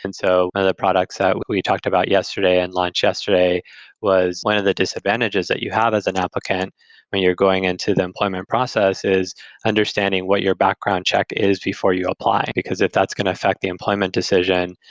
and so and the products that we talked about yesterday and launched yesterday was one of the disadvantages that you have as an applicant when you're going into the employment process is understanding what your background check is before you apply, because if that's going to affect employment decision,